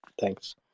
Thanks